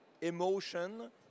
emotion